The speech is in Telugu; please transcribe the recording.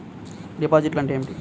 డిపాజిట్లు అంటే ఏమిటి?